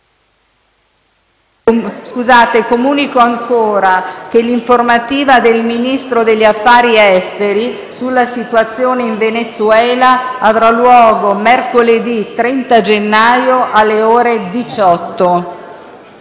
nuova finestra"). L'informativa del Ministro degli affari esteri sulla situazione in Venezuela avrà luogo mercoledì 30 gennaio alle ore 18.